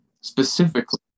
specifically